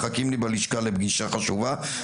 מחכים לי בלשכה לפגישה חשובה,